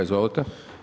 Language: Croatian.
Izvolite.